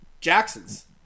Jackson's